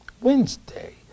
Wednesday